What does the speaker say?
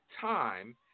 time